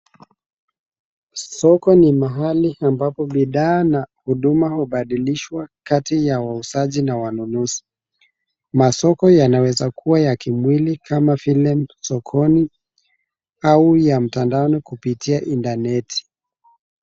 Soko ni mahali ambapo bidhaa na huduma hubadilishwa kati ya wauzaji na wanunuzi. Masoko yanaweza kuwa ya kimwili, kama vile sokoni, au ya mtandaoni kupitia intaneti.